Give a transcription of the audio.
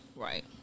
Right